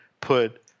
put –